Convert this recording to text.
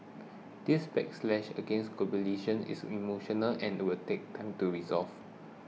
this backlash against globalisation is emotional and will take time to resolve